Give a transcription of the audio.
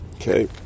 Okay